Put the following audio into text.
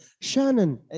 Shannon